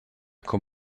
con